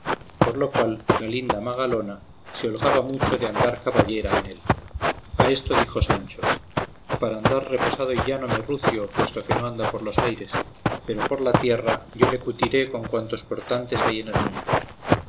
por lo cual la linda magalona se holgaba mucho de andar caballera en él a esto dijo sancho para andar reposado y llano mi rucio puesto que no anda por los aires pero por la tierra yo le cutiré con cuantos portantes hay en el mundo